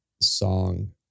song